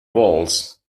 walls